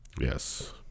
Yes